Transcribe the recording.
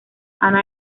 ana